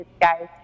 guys